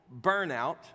burnout